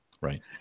right